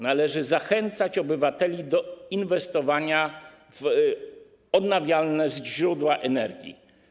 Należy zachęcać obywateli do inwestowania w odnawialne źródła energii.